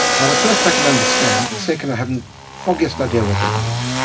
and the first i can understand. the second, i haven't foggiest idea what that means.